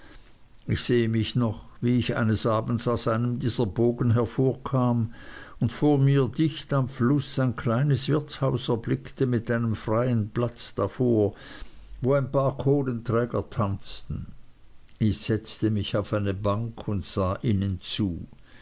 ich sehe mich noch wie ich eines abends aus einem dieser bogen hervorkam und vor mir dicht am fluß ein kleines wirtshaus erblickte mit einem freien platz davor wo ein paar kohlenträger tanzten ich setzte mich auf eine bank und sah ihnen zu